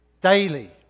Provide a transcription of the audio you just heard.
daily